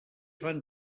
van